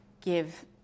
give